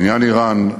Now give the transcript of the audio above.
בעניין איראן,